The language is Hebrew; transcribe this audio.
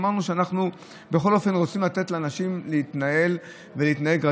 אמרנו שאנחנו בכל אופן רוצים לתת לאנשים להתנהל ולהתנהג רגיל,